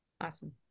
Awesome